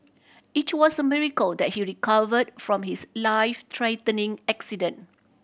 it was a miracle that he recovered from his life threatening accident